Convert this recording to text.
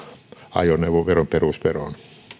ajoneuvoveron perusveroon